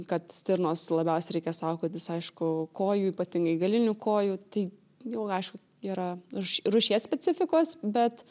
kad stirnos labiausiai reikia saugotis aišku kojų ypatingai galinių kojų tai jau aišku yra rūš rūšies specifikos bet